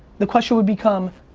the question would become,